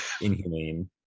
inhumane